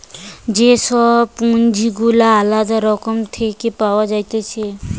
যে সব পুঁজি গুলা আলদা রকম থেকে পাওয়া যাইতেছে